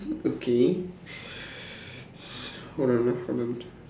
okay hold on ah hold on